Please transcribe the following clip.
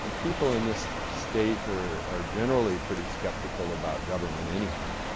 people in this state are are generally pretty skeptical about government anyhow,